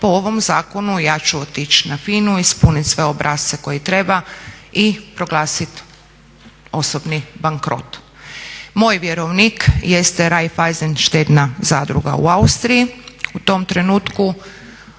Po ovom zakonu ja ću otići na FINA-u, ispunit sve obrasce koje treba i proglasit osobni bankrot. Moj vjerovnik jeste Raiffeisen štedna zadruga u Austriji. U tom trenutku